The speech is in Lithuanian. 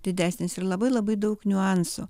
didesnis ir labai labai daug niuansų